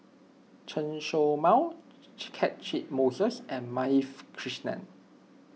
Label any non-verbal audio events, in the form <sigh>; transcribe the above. Chen Show Mao <unintelligible> Catchick Moses and Madhavi Krishnan